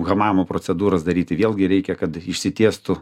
hamamo procedūras daryti vėlgi reikia kad išsitiestų